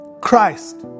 Christ